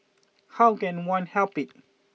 how can one help it